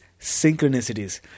synchronicities